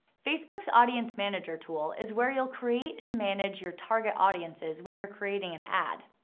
facebook's audience manager tool is where you'll create and manage your target audiences when you're creating an ad.